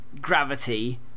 Gravity